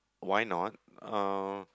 why not uh